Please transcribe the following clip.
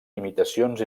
imitacions